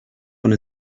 one